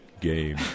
Game